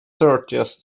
thirtieth